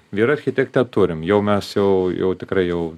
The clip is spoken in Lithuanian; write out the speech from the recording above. vyr architektą turim jau mes jau jau tikrai jau